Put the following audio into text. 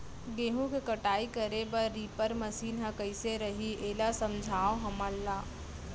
गेहूँ के कटाई करे बर रीपर मशीन ह कइसे रही, एला समझाओ हमन ल?